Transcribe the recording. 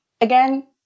Again